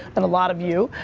and a lot of you,